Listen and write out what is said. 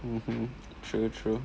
mmhmm true true